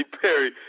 Perry